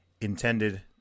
intended